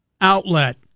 outlet